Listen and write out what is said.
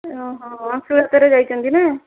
ଓହୋ ଅଂଶୁଘାତ ରେ ଯାଇଛନ୍ତି ନାଁ